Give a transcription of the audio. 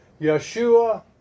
Yeshua